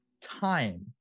time